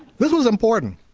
this was important